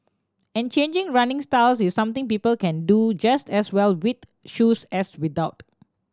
and changing running styles is something people can do just as well with shoes as without